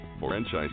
Franchise